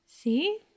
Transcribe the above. See